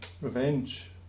revenge